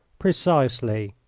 precisely.